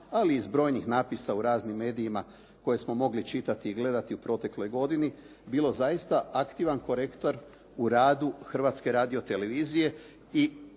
ali i iz brojnih napisa u raznim medijima koje smo mogli čitati i gledati u protekloj godini bilo zaista aktivan korektor u radu Hrvatske radio-televizije